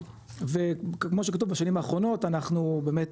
וכמו שכתוב בשנים האחרונות אנחנו באמת